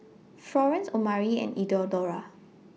Florence Omari and Eleonora